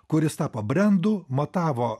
kuris tapo brendu matavo